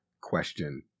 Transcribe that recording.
question